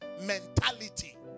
mentality